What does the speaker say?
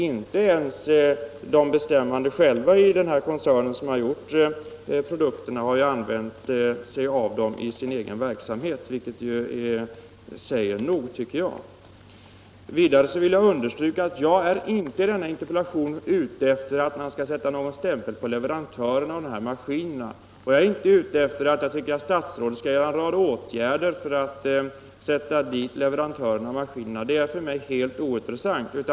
Inte ens de bestämmande själva i den koncern som står för produkten har ju använt den i sin egen verksamhet, vilket väl säger nog. Jag vill understryka att jag med min interpellation inte är ute efter att man skall sätta någon stämpel på leverantören av maskinerna eller att 'statsrådet skall vidta en rad åtgärder mot företaget. Sådant är för mig helt ointressant.